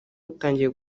utangiye